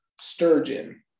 sturgeon